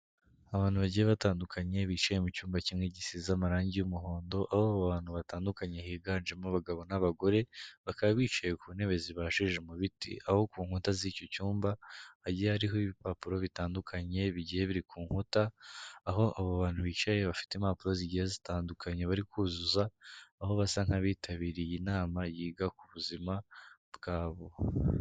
Abantu bagiye batandukanye bicaye mu cyumba kimwe gisize amarangi y'umuhondo, aho abo bantu batandukanye higanjemo abagabo n'abagore, bakaba bicaye ku ntebe zibajije mu biti, aho ku nkuta z'icyo cyumba hagiye hariho ibipapuro bitandukanye bigiye biri ku nkuta, aho abo bantu bicaye bafite impapuro zigiye zitandukanye bari kuzuza, aho basa nk'abitabiriye inama yiga ku buzima bwabo.